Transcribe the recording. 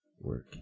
work